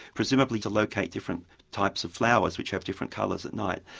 presumably to locate different types of flowers which have different colours at night,